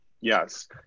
yes